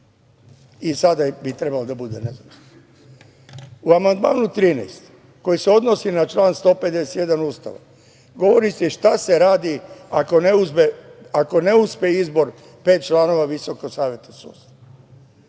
i sada bi trebalo da bude nezavisna.U amandmanu 13. koji se odnosi na član 151. Ustava govori se i šta se radi ako ne uspe izbor pet članova Visokog saveta sudstva.